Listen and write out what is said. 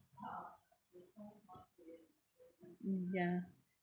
mm ya